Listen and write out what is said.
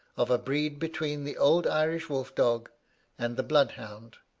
of a breed between the old irish wolf-dog and the blood-hound.